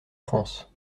france